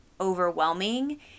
overwhelming